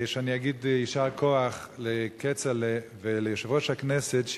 שאני אגיד יישר כוח לכצל'ה וליושב-ראש הכנסת,